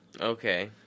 Okay